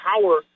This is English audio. power